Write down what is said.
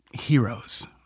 heroes